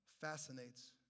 fascinates